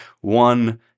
one